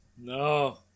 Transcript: No